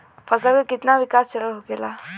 फसल के कितना विकास चरण होखेला?